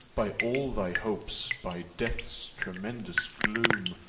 by all thy hopes, by death's tremendous gloom,